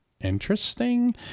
interesting